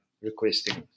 requesting